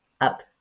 up